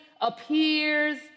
appears